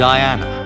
Diana